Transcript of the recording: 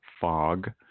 Fog